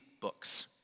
books